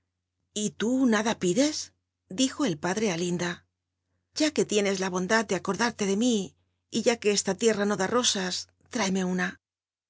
y lú nada pidt o dijo el padre ú linda ya qut licncs la bondad de acunlarlc de mí y ya que esta tierra no da ro a lráemc una